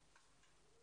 משלמים לסמינר הקיבוצים.